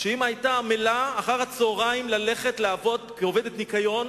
אמא היתה עמלה אחר-הצהריים כעובדת ניקיון,